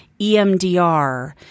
EMDR